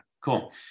Cool